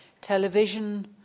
Television